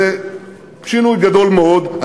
זה שינוי גדול מאוד,